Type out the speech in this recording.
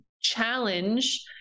challenge